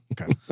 okay